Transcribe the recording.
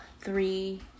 three